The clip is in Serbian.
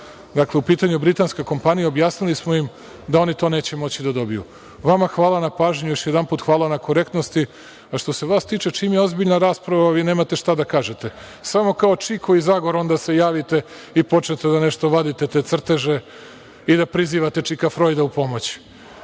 Dakle, u pitanju je britanska kompanija. Objasnili smo im da oni to neće moći da dobiju. Vama hvala na pažnji još jedanput, hvala na korektnosti.A što se vas tiče, čim je ozbiljna rasprava, vi nemate šta da kažete. Samo kao Čiko i Zagor onda se javite i počnete da nešto vadite te crteže i da prizivate čika Frojda u pomoć.